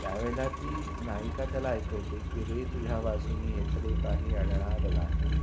त्यावेळेला ती नायिका त्याला ऐकवते की रे तुझ्यावाचुनी येथले काही अडणार नाही